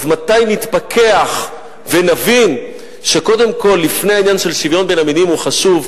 אז מתי נתפכח ונבין שקודם כול,